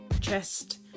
chest